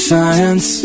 Science